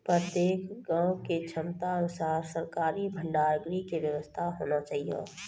प्रत्येक गाँव के क्षमता अनुसार सरकारी भंडार गृह के व्यवस्था होना चाहिए?